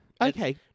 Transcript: Okay